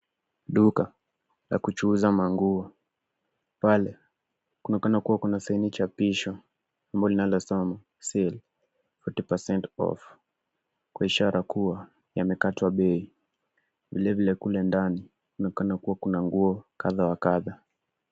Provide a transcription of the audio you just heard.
Duka la kuchuuza manguo. Pale kunaonekana kuna saini chapisho ambalo linasoma sale forty percent off kuashiria kuwa yamekatwa bei. Vilevile kule ndani kunaonekana kuna nguo kadha wa kadha.